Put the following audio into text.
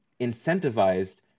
incentivized